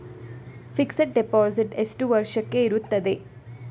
Fixed deposit ಎಷ್ಟು ವರ್ಷಕ್ಕೆ ಇರುತ್ತದೆ?